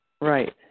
Right